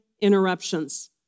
interruptions